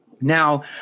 Now